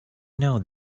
know